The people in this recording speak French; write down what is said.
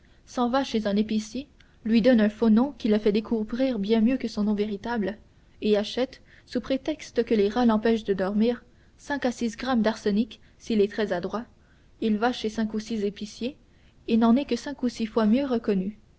s'en va chez un épicier lui donne un faux nom qui le fait découvrir bien mieux que son nom véritable et achète sous prétexte que les rats l'empêchent de dormir cinq à six grammes d'arsenic s'il est très adroit il va chez cinq ou six épiciers et n'en est que cinq ou six fois mieux reconnu